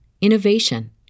innovation